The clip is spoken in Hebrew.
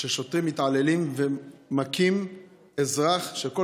של שוטרים שמתעללים ומכים אזרח שכל